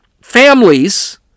families